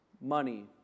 money